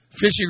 fishing